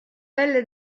pelle